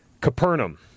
Capernaum